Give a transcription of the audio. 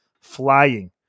flying